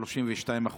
הוא 32%,